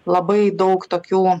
labai daug tokių